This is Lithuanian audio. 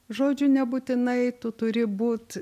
žodžiu nebūtinai tu turi būt